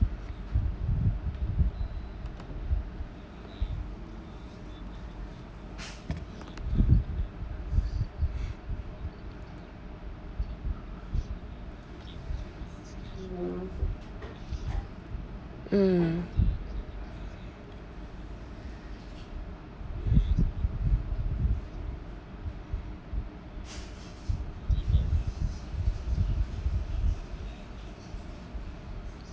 mm